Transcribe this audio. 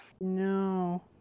No